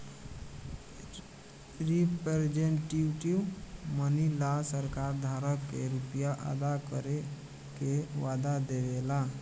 representative money ला सरकार धारक के रुपिया अदा करे के वादा देवे ला